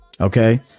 okay